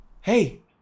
Hey